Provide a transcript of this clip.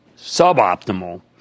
Suboptimal